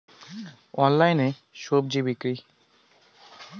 অনলাইনে স্বজি বিক্রি?